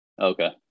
Okay